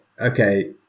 okay